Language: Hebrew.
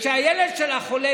והילד שלה חולה,